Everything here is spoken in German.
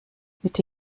mitte